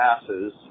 passes